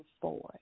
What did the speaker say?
forward